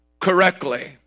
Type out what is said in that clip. correctly